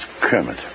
Kermit